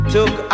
Took